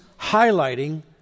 highlighting